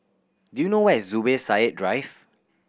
do you know where is Zubir Said Drive